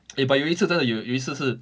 eh but 有一次真的有有一次是